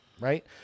right